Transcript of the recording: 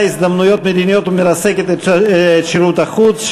הזדמנויות מדיניות ומרסקת את שירות החוץ,